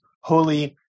holy